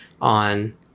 on